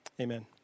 Amen